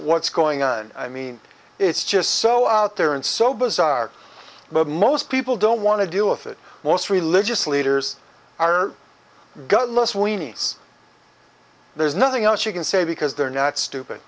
what's going on i mean it's just so out there and so bizarre but most people don't want to deal with it most religious leaders are godless weenies there's nothing else you can say because they're not stupid